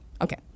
okay